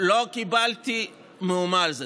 לא קיבלתי מאומה על זה.